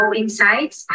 insights